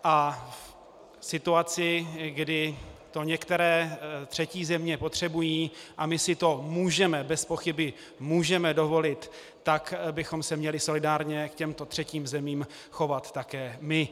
A v situaci, kdy to některé třetí země potřebují a my si to můžeme, bezpochyby můžeme dovolit, tak bychom se měli solidárně k těmto třetím zemím chovat také my.